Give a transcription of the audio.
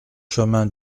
chemin